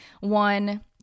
one